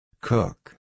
Cook